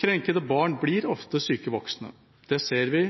Krenkede barn blir ofte syke voksne. Det ser vi